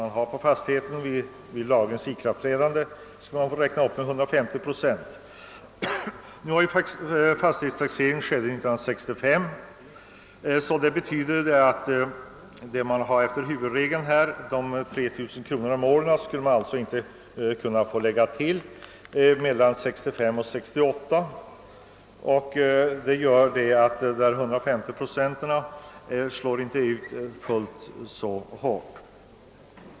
Nu hade vi ju fastighetstaxering 1965. Det betyder att tillägget på 3 000 kronor om året enligt huvudregeln inte får ske mellan 1965 och 1968. Detta gör att dessa 150 procent inte slår igenom fullt så hårt.